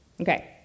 Okay